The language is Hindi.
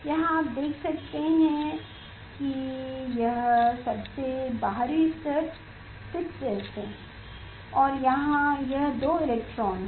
यहां आप देख सकते हैं कि यह सबसे बाहरी स्तर 6s है और यहां यह दो इलेक्ट्रॉन हैं